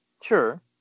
sure